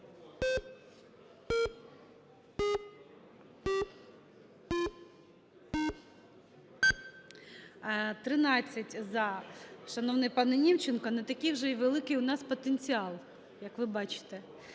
За-13 Шановний пане Німченко, не такий вже й великий в нас потенціал, як ви бачите.